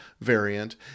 variant